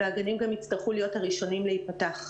והם גם יצטרכו להיות גם הראשונים להיפתח.